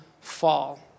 fall